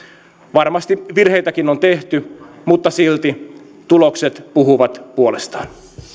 varmasti virheitäkin on tehty mutta silti tulokset puhuvat puolestaan